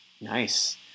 Nice